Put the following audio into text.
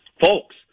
folks